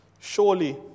surely